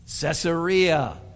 Caesarea